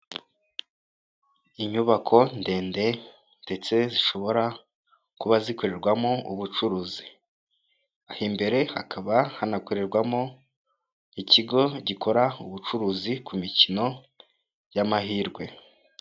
Inyubako ndende ndetse zishobora kuba zikorerwamo ubucuruzi aha imbere hakaba hanakorerwamo ikigo gikora ubucuruzi ku mikino y'amahirwe.